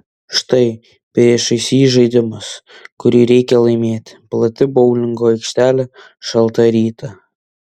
štai priešais jį žaidimas kurį reikia laimėti plati boulingo aikštelė šaltą rytą